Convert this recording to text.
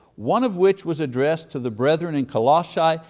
one of which was addressed to the brethren in colossae.